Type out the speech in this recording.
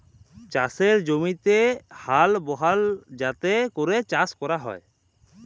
চাষের জমিতে হাল বহাল যাতে ক্যরে চাষ ক্যরা হ্যয়